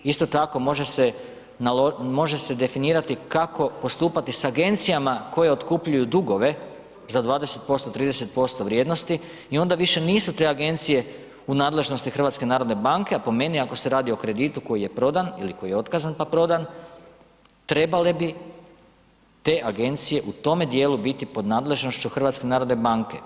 Isto tako može se definirati kako postupati sa agencijama koje otkupljuju dugove za 20%, 30% vrijednosti i onda više nisu te agencije u nadležnosti HNB-a, a po meni ako se radi po kreditu koji je prodan ili koji je otkazan pa prodan trebale bi te agencije u tome dijelu biti pod nadležnošću HNB-a.